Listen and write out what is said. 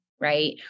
right